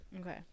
Okay